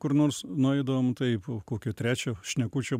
kur nors nueidavom taip kokio trečio šnekučio